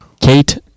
Kate